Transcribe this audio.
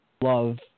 love